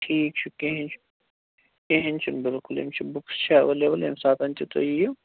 ٹھیٖک چھُ کِہیٖنۍ چھُ کِہیٖنۍ چھُنہٕ بلکُل اَمچہِ چھِ بُکٕس چھِ اٮ۪ویلیبٕل ییٚمہِ ساتَن تہِ تُہۍ یِیِو